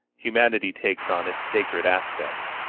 humanity takes on its sacred aspect.